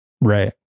Right